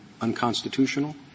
unconstitutional